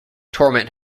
torment